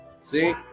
see